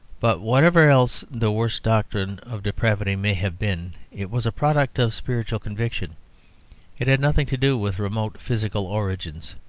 but whatever else the worst doctrine of depravity may have been, it was a product of spiritual conviction it had nothing to do with remote physical origins.